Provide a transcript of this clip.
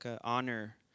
honor